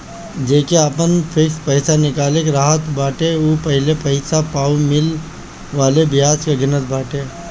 जेके आपन फिक्स पईसा निकाले के रहत बाटे उ पहिले पईसा पअ मिले वाला बियाज के गिनत बाटे